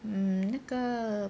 mm 那个